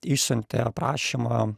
išsiuntė aprašymą